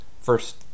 First